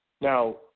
Now